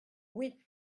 oui